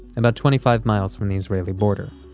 and about twenty-five miles from the israeli border.